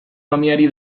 mamiari